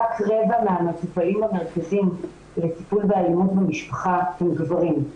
רק רבע מהמטופלים במרכזים לטיפול באלימות במשפחה הם גברים.